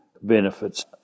benefits